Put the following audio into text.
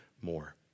more